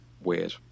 Weird